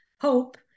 hope